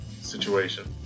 situation